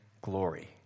glory